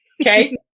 Okay